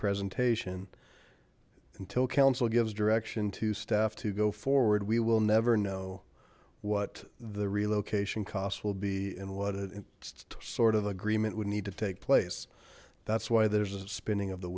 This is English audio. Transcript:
presentation until council gives direction to staff to go forward we will never know what the relocation costs will be and what a sort of agreement would need to take place that's why there's a spinning of the